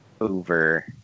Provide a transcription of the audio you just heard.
over